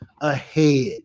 ahead